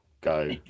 go